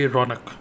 Ronak